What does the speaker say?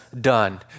done